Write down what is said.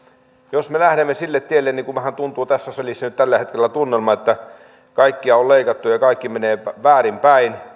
jos me lähdemme sille tielle niin kuin vähän tuntuu tässä salissa nyt tällä hetkellä tunnelma olevan että kaikkea on leikattu ja kaikki menee väärin päin